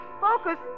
focus